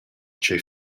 tgei